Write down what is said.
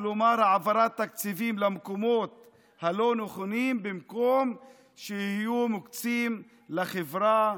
כלומר העברת תקציבים למקומות הלא-נכונים במקום שיהיו מוקצים לחברה,